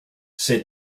said